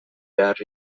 behar